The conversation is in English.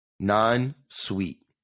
non-sweet